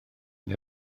neu